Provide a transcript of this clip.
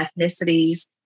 ethnicities